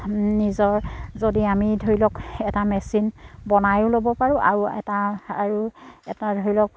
নিজৰ যদি আমি ধৰি লওক এটা মেচিন বনাইয়ো ল'ব পাৰোঁ আৰু এটা আৰু এটা ধৰি লওক